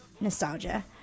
nostalgia